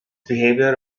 behavior